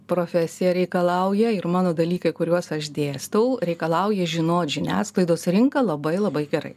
profesija reikalauja ir mano dalykai kuriuos aš dėstau reikalauja žino žiniasklaidos rinką labai labai gerai